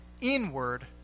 Inward